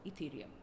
Ethereum